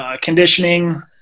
conditioning